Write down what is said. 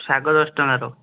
ଶାଗ ଦଶ ଟଙ୍କାର